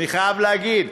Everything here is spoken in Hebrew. אני חייב להגיד,